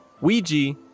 Ouija